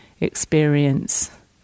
experience